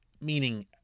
meaning